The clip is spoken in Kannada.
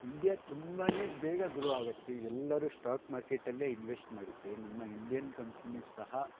ಇಂಡಿಯಾ ತುಂಬ ಬೇಗ ಗ್ರೋ ಆಗುತ್ತೆ ಎಲ್ಲರೂ ಸ್ಟಾಕ್ ಮಾರ್ಕೆಟಲ್ಲೇ ಇನ್ವೆಸ್ಟ್ ಮಾಡಿದರೆ ನಮ್ಮ ಇಂಡಿಯನ್ ಕಂಪನಿ ಸಹ